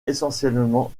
essentiellement